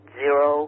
zero